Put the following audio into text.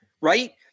right